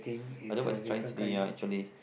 but what's trying to do ah actually